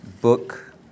book